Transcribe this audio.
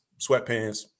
sweatpants